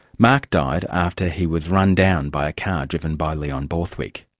mark died after he was run down by a car driven by leon borthwick.